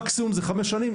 מקסימום זה חמש שנים,